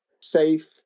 safe